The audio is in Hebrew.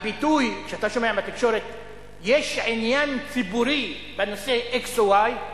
הביטוי שאתה שומע בתקשורת הוא: יש עניין ציבורי בנושא x או y,